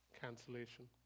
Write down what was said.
cancellation